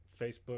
Facebook